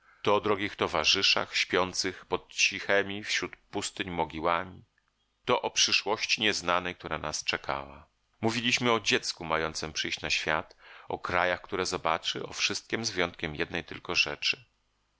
to o drogich towarzyszach śpiących pod cichemi wśród pustyń mogiłami to o przyszłości nieznanej która nas czekała mówiliśmy o dziecku mającem przyjść na świat o krajach które zobaczymy o wszystkiem z wyjątkiem jednej tylko rzeczy